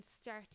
start